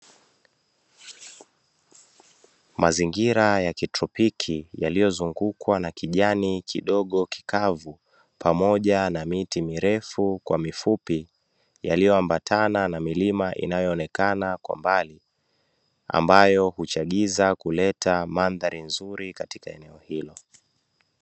Mazingira ya kitropiki yaliyozungukwa na kijani kidogo kikavu, pamoja na miti mirefu kwa mifupi, yaliyoambatana na milima inayaoonekana kwa mbali, ambayo huchagiza kuleta mandhari nzuri katika eneo hilo.